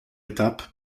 étape